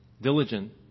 diligent